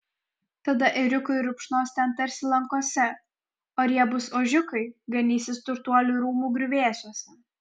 tada ėriukai rupšnos ten tarsi lankose o riebūs ožiukai ganysis turtuolių rūmų griuvėsiuose